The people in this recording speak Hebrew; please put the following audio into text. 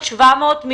שמת לב מי השרים?